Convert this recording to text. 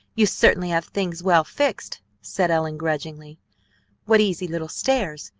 you certainly have things well fixed, said ellen grudgingly what easy little stairs!